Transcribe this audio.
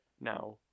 now